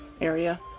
area